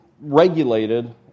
regulated